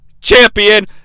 champion